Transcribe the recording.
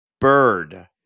bird